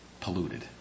polluted